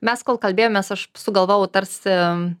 mes kol kalbėjomės aš sugalvojau tarsi